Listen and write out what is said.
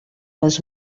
les